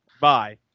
Bye